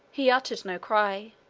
he uttered no cry